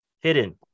Hidden